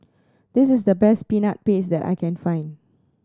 this is the best Peanut Paste that I can find